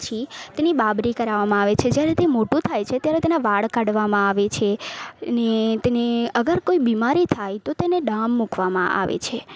પછી તેની બાબરી કરાવામાં આવે છે જ્યારે તે મોટું થાય ત્યારે તેના વાળ કાઢવામાં આવે છે અગર કોઈ બીમારી થાય તો તેને ડામ મૂકવામાં આવે છે